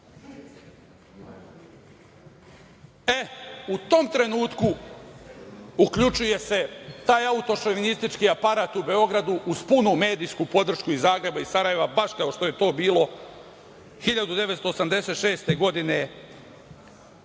mi.U tom trenutku uključuje se taj autošovinistički aparat u Beogradu, uz punu medijsku podršku Zagreba i Sarajeva, kao što je to bilo 1986. godine